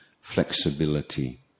flexibility